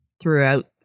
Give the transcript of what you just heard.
throughout